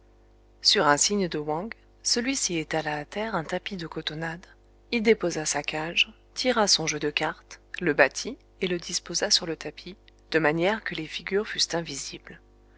sur un signe de wang celui-ci étala à terre un tapis de cotonnade y déposa sa cage tira son jeu de cartes le battit et le disposa sur le tapis de manière que les figures fussent invisibles